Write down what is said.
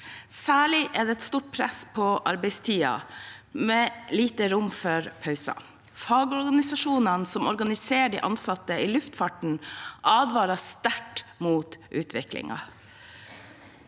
Særlig er det et stort press på arbeidstiden, med lite rom for pauser. Fagorganisasjonene som organiserer de ansatte i luftfarten, advarer sterkt mot utviklingen.